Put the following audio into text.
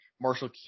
Marshall